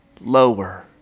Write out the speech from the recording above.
lower